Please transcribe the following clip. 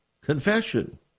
confession